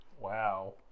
wow